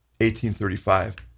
1835